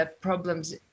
problems